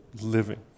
living